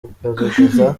kugaragaza